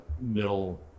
middle